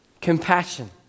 compassion